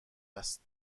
است